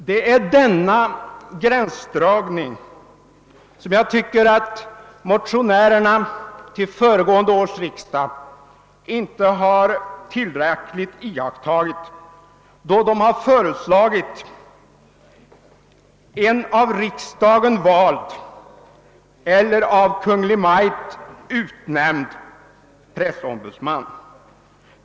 Det är denna gränsdragning som jag tycker att motionärerna till föregående års riksdag inte tillräckligt har iakttagit, då de har föreslagit tillsättandet av en av "riksdagen vald eller av Kungl. Maj:t utnämnd pressombudsman.